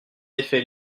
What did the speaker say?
effet